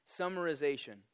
summarization